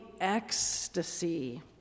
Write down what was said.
ecstasy